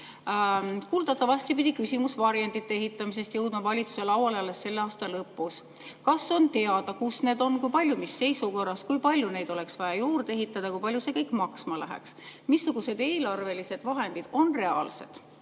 Kuuldavasti pidi küsimus varjendite ehitamisest jõudma valitsuse lauale alles selle aasta lõpus. Kas on teada, kus need on, mis seisukorras need on, kui palju neid oleks vaja juurde ehitada ja kui palju see kõik maksma läheks? Missugused eelarvelised vahendid on reaalsed